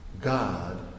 God